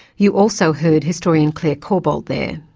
you also heard historian clare corbould there.